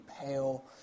pale